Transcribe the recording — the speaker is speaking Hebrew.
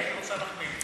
היא רוצה להחמיא לי.